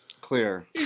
Clear